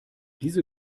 diese